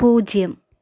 പൂജ്യം